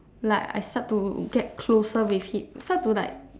like I start to get closer with him start to like